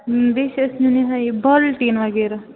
بیٚیہِ چھِ اَسہِ نِیُن یہِ ہٲے یہِ بالٹیٖن وغیرہ